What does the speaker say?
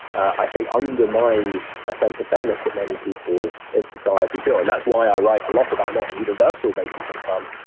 i think undermines a sense of fairness that many people in society feel. and that's why i write a lot about not universal basic income,